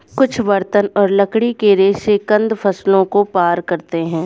कुछ बर्तन और लकड़ी के रेशे कंद फसलों को पार करते है